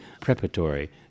preparatory